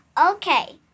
Okay